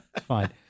Fine